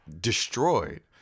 destroyed